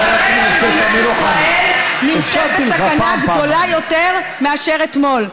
כרגע מדינת ישראל נמצאת בסכנה גדולה יותר מאשר אתמול.